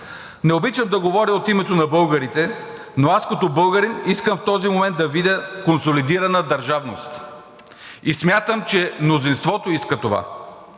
Не обичам да говоря от името на българите, но аз като българин искам в този момент да видя консолидирана държавност и смятам, че мнозинството иска това.